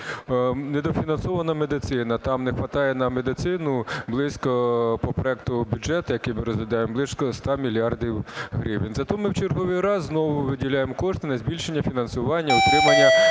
Недофінансована медицина, там не хватає на медицину близько… по проекту бюджету, який ми розглядаємо, близько 100 мільярдів гривень. Зате ми в черговий раз знову виділяємо кошти на збільшення фінансування і утримання